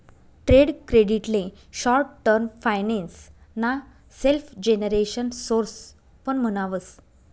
trade credit ले short term finance ना self generation source पण म्हणावस